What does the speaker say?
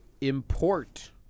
import